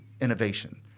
innovation